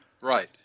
Right